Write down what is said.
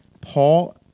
Paul